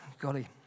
Golly